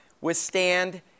withstand